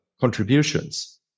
contributions